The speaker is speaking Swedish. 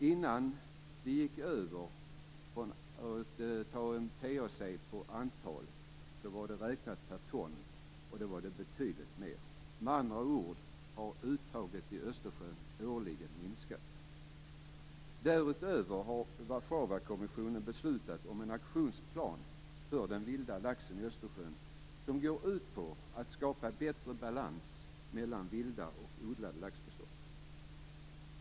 Innan vi gick över till TAC efter antal räknades kvoten per ton, och då var den betydligt större. Med andra ord har uttaget i Östersjön årligen minskat. Därutöver har Warszawakommissionen beslutat om en aktionsplan för den vilda laxen i Östersjön, som går ut på att skapa bättre balans mellan vilda och odlade laxbestånd.